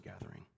gathering